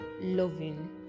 loving